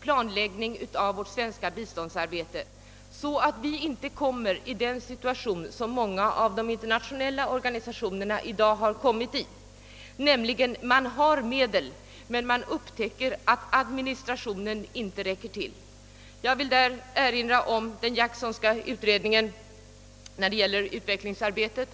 planläggning av vårt svenska biståndsarbete, så att vi inte kommer i den situation, som många av de internationella organisationerna i dag har hamnat i, nämligen att man har medel men upptäcker att administrationen inte räcker till. Jag vill härvidlag erinra om den Jacksonska utredningen när det gäller utvecklingsarbetet.